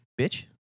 Bitch